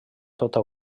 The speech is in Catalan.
tota